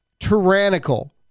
tyrannical